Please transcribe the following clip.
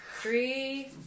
Three